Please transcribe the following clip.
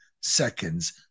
seconds